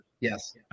Yes